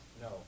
No